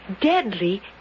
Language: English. Deadly